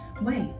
wait